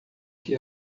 que